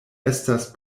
estas